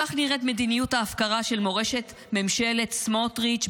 כך נראית מדיניות ההפקרה של מורשת ממשלת סמוטריץ',